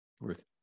worth